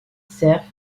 cerf